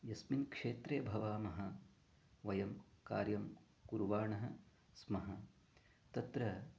यस्मिन् क्षेत्रे भवामः वयं कार्यं कुर्वाणः स्मः तत्र